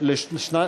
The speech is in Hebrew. מוסרות.